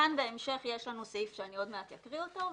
כאן בהמשך יש לנו סעיף שעוד מעט אקרא אותו,